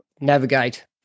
navigate